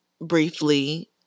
briefly